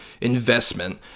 investment